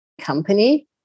company